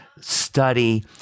study